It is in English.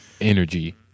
Energy